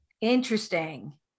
Interesting